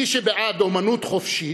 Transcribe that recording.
מי שבעד אמנות חופשית,